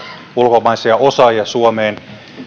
ulkomaisia osaajia suomeen meillä